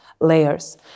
layers